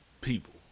people